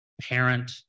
parent